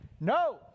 No